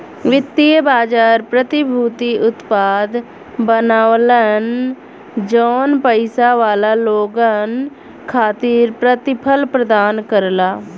वित्तीय बाजार प्रतिभूति उत्पाद बनावलन जौन पइसा वाला लोगन खातिर प्रतिफल प्रदान करला